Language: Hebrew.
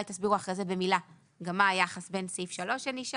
אולי תסבירו אחרי זה במילה גם מה היחס בין סעיף 3 שנשאר